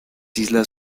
islas